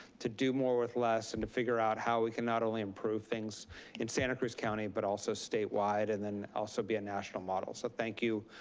to do more with less, and to figure out how we can not only improve things in santa cruz county, but also statewide, and then also be a national model. so thank you,